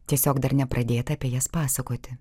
tiesiog dar nepradėta apie jas pasakoti